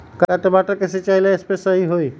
का टमाटर के सिचाई ला सप्रे सही होई?